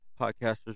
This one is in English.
podcasters